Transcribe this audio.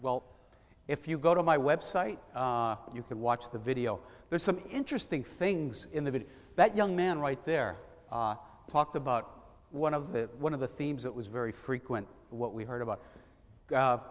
well if you go to my website and you can watch the video there's some interesting things in the video that young man right there talked about one of the one of the themes that was very frequent what we heard about